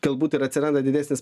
galbūt ir atsiranda didesnis